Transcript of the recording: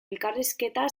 elkarrizketa